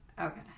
Okay